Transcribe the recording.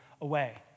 away